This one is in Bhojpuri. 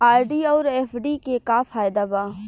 आर.डी आउर एफ.डी के का फायदा बा?